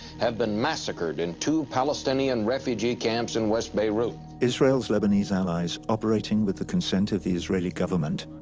have been massacred in two palestinian refugee camps in west beirut. israelis lebanese allies, operating with the consent of the israeli government,